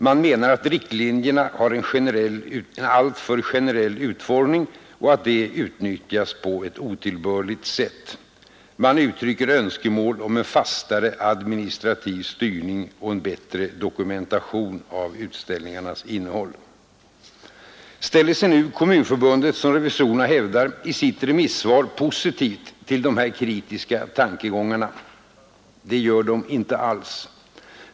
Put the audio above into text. Man menar att riktlinjerna har en alltför generell utformning och att detta utnyttjas på ett otillbörligt sätt. Man uttrycker önskemål om en fastare administrativ styrning och en bättre dokumentation av utställningarnas innehåll. Ställer sig nu Kommunförbundet, som revisorerna hävdar, i sitt remissvar positivt till dessa kritiska tankegångar? Inte alls!